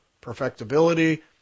perfectibility